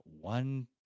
one